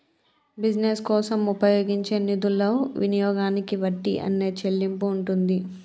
business కోసం ఉపయోగించే నిధుల వినియోగానికి వడ్డీ అనే చెల్లింపు ఉంటుంది